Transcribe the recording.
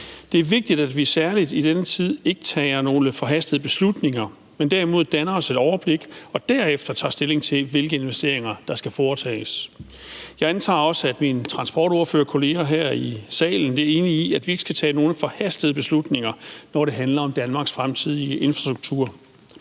Det er vigtigt, at vi særlig i denne tid ikke tager nogen forhastede beslutninger, men derimod danner os et overblik og derefter tager stilling til, hvilke investeringer der skal foretages. Jeg antager også, at mine transportordførerkolleger her i salen er enige i, at vi ikke skal tage nogen forhastede beslutninger, når det handler om Danmarks fremtidige infrastruktur.